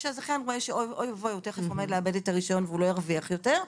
כשזכיין רואה שאוי ואבוי הוא תכף עומד לאבד את הרישיון ולא ירוויח יותר,